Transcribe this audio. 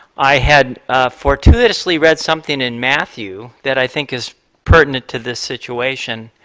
i had for two to sleep read something in matthew that i think is pertinent to this situation.